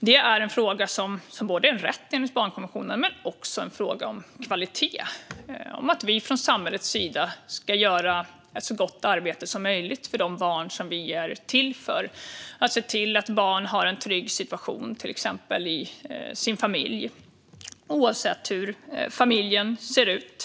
Det är en fråga som är en rätt enligt barnkonventionen men också en fråga om kvalitet, om att vi från samhällets sida ska göra ett så gott arbete som möjligt för de barn som vi är till för. Vi ska se till att barn till exempel har en trygg situation i sin familj oavsett hur familjen ser ut.